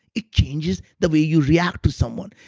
it changes the way you react to someone.